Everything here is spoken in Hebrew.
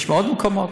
יש בעוד מקומות.